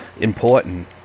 important